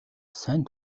сайн